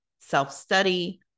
self-study